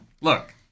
Look